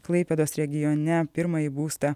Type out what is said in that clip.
klaipėdos regione pirmąjį būstą